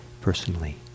personally